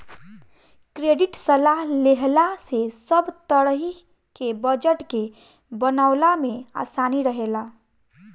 credit सलाह लेहला से सब तरही के बजट के बनवला में आसानी रहेला